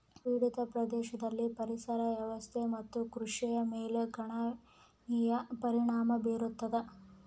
ಪೀಡಿತ ಪ್ರದೇಶದಲ್ಲಿ ಪರಿಸರ ವ್ಯವಸ್ಥೆ ಮತ್ತು ಕೃಷಿಯ ಮೇಲೆ ಗಣನೀಯ ಪರಿಣಾಮ ಬೀರತದ